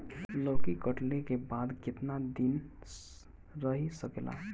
लौकी कटले के बाद केतना दिन रही सकेला?